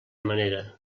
manera